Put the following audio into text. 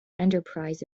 enterprise